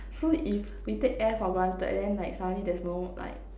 so if we take air for granted then like suddenly there's no like